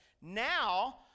Now